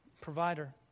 provider